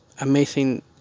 amazing